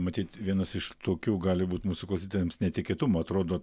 matyt vienas iš tokių gali būt mūsų klausytojams netikėtumo atrodo